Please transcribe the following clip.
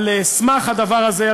על סמך הדבר הזה,